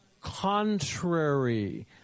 Contrary